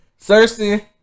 Cersei